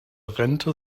rente